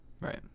Right